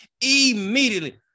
Immediately